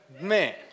man